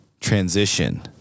Transition